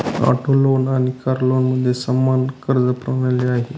auto loan आणि car लोनमध्ये समान कर्ज प्रणाली आहे